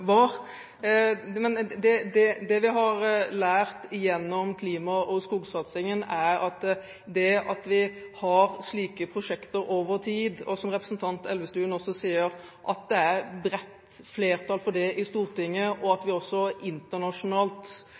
Det vi har lært gjennom klima- og skogsatsingen, det at vi har slike prosjekter over tid – og som representanten Elvestuen også sier – at det er et bredt flertall for det i Stortinget, og at vi også internasjonalt